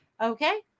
Okay